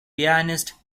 pianist